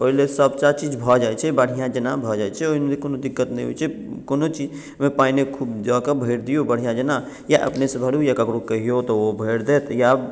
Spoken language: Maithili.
ओहि लए सबटा चीज भऽ जाइ छै बढ़िऑं जेना भऽ जाइ छै ओहिमे कोनो दिक्कत नहि होइ छै कोनो चीज मे पानि खूब दऽ के भरि दियौ बढ़िऑं जेना या अपने से भरू या केकरो कहियो तऽ ओ भरि देत या